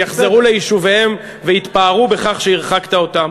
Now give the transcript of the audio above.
יחזרו ליישוביהם ויתפארו בכך שהרחקת אותם.